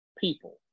people